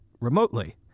remotely